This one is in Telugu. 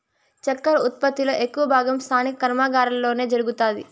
చక్కర ఉత్పత్తి లో ఎక్కువ భాగం స్థానిక కర్మాగారాలలోనే జరుగుతాది